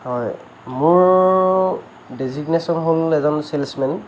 হয় মোৰ ডেজিগনেশ্যন হ'ল এজন চেলছমেন